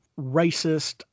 racist